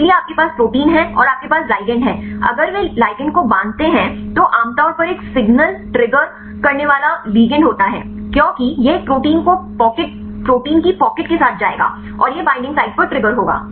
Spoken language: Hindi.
इसलिए आपके पास प्रोटीन है और आपके पास लिगैंड है अगर वे लिगेंड को बांधते हैं तो आमतौर पर एक सिग्नल ट्रिगर करने वाला लिगेंड होता है क्योंकि यह एक प्रोटीन की पॉकेट के साथ जाएगा और यह बाइंडिंग साइट पर ट्रिगर होगा